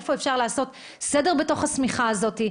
איפה אפשר לעשות סדר בתוך השמיכה הזאת.